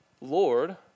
Lord